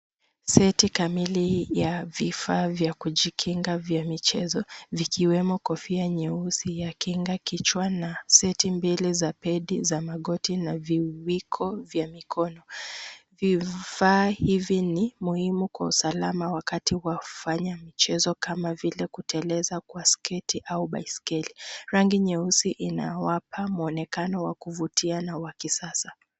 Seti kamili ya vifaa vya kujikinga vya michezo vikiwemo kofia nyeusi ya kinga kichwa na seti mbili za pedi za magoti na viwiko vya mikono. Vifaa hivi ni muhimu kwa usalama wakati wa kufanya michezo kama vile kuteleza kwa sketi au baiskeli. Rangi nyeusi inawapa muonekano wa kuvutia na wa kisasa.